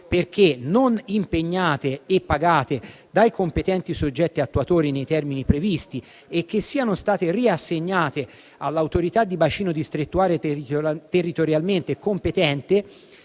perché non impegnate e pagate dai competenti soggetti attuatori nei termini previsti e che siano state riassegnate all'autorità di bacino distrettuale territorialmente competente